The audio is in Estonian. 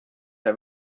see